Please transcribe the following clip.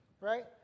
right